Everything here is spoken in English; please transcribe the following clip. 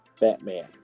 Batman